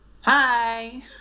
Hi